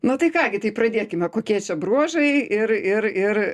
na tai ką gi tai pradėkime kokie čia bruožai ir ir ir